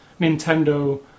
Nintendo